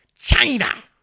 China